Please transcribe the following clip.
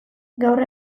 gaur